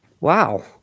Wow